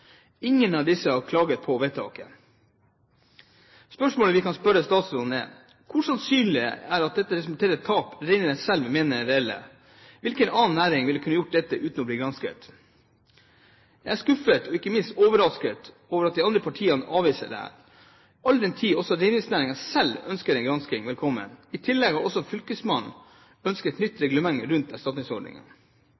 Ingen av disse har klaget på vedtaket. Spørsmålet vi kan stille statsråden, er: Hvor sannsynlig er det da at dette representerer tap reineierne selv mener er reelle? Hvilken annen næring ville kunne gjort dette uten å bli gransket? Jeg er skuffet og ikke minst overrasket over at de andre partiene avviser dette, all den tid også reindriftsnæringen selv ønsker en gransking velkommen. I tillegg har også fylkesmannen ønsket et nytt